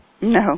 No